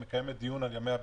מקיימת דיון על ימי הבידוד.